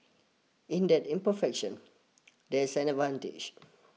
in that imperfection there's an advantage